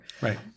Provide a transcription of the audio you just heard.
Right